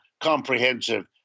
comprehensive